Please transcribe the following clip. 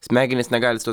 smegenys negali su tuo